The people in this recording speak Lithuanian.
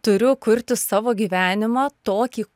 turiu kurti savo gyvenimą tokį